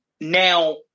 Now